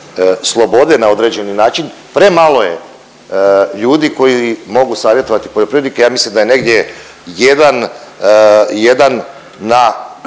slobode na određeni način. Premalo je ljudi koji mogu savjetovati poljoprivrednike. Ja mislim da je negdje 1, 1 na